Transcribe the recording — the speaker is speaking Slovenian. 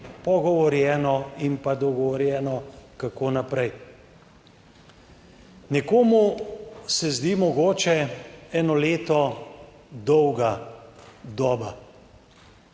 pogovorjeno in pa dogovorjeno kako naprej. Nekomu se zdi mogoče eno leto dolga doba.